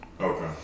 Okay